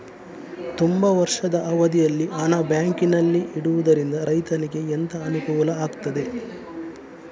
ತುಂಬಾ ವರ್ಷದ ಅವಧಿಯಲ್ಲಿ ಹಣ ಬ್ಯಾಂಕಿನಲ್ಲಿ ಇಡುವುದರಿಂದ ರೈತನಿಗೆ ಎಂತ ಅನುಕೂಲ ಆಗ್ತದೆ?